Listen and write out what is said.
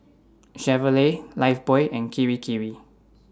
Chevrolet Lifebuoy and Kirei Kirei